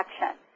action